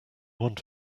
want